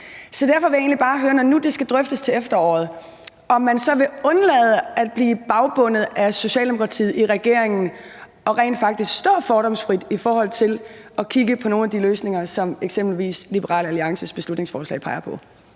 Så jeg vil bare høre, om man, når nu det skal drøftes til efteråret, så vil undlade at blive bagbundet af Socialdemokratiet i regeringen og rent faktisk stå fordomsfrit i forhold til at kigge på nogle af de løsninger, som eksempelvis Liberal Alliances beslutningsforslag peger på.